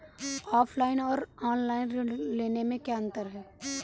Offline और online ऋण लेने में क्या अंतर है?